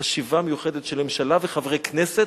חשיבה מיוחדת של ממשלה וחברי כנסת,